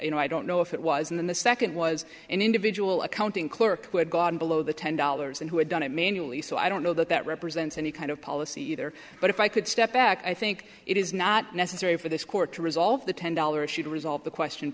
you know i don't know if it was in the second was an individual accounting clerk who had gone below the ten dollars and who had done it manually so i don't know that that represents any kind of policy either but if i could step back i think it is not necessary for this court to resolve the ten dollars should resolve the question